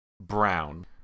Brown